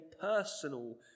personal